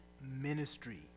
ministry